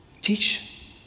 teach